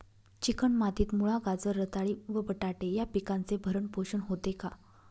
Chicken मातीत मुळा, गाजर, रताळी व बटाटे या पिकांचे भरण पोषण होते का?